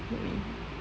mmhmm